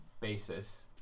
basis